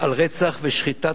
על רצח ושחיטת